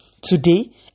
Today